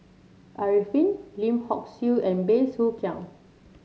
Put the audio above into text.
Arifin Lim Hock Siew and Bey Soo Khiang